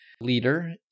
leader